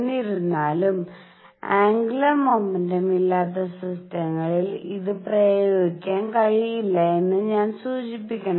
എന്നിരുന്നാലും ആന്ഗുലർ മോമെന്റും ഇല്ലാത്ത സിസ്റ്റങ്ങളിൽ ഇത് പ്രയോഗിക്കാൻ കഴിയില്ലെന്ന് ഞാൻ സൂചിപ്പിക്കണം